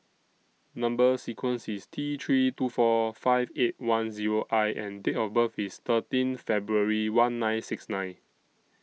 Number sequence IS T three two four five eight one Zero I and Date of birth IS thirteen February one nine six nine